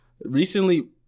Recently